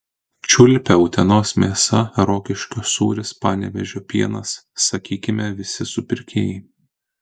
čiulpia utenos mėsa rokiškio sūris panevėžio pienas sakykime visi supirkėjai